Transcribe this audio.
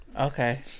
Okay